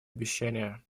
обещание